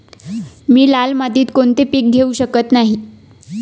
मी लाल मातीत कोणते पीक घेवू शकत नाही?